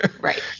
right